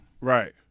Right